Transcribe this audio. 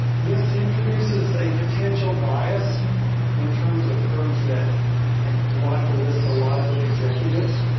this introduces a potential bias in terms of firms that wanted to list a lot of executives.